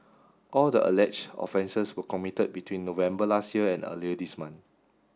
all the alleged offences were committed between November last year and earlier this month